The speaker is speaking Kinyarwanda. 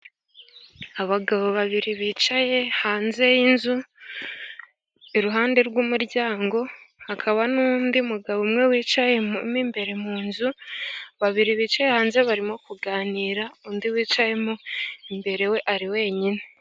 Abagabo babiri bicaye hanze y'inzu iruhande rw'umuryango, hakaba n'undi mugabo umwe wicaye imbere mu nzu, babiri bicaye hanze barimo kuganira undi wicaye mo imbere, we ari wenyine.